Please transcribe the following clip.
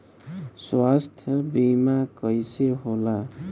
स्वास्थ्य बीमा कईसे होला?